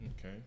Okay